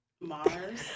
Mars